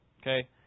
Okay